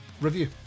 review